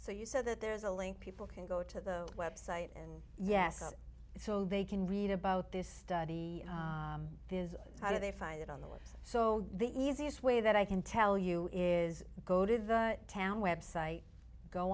so you said that there is a link people can go to the website and yes so they can read about this study is how do they find it on the list so the easiest way that i can tell you is go to the town website go